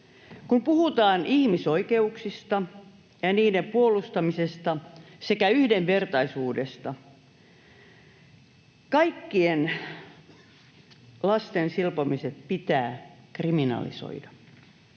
Kun puhutaan ihmisoikeuksista ja niiden puolustamisesta sekä yhdenvertaisuudesta, kaikkien lasten silpomiset pitää kriminalisoida.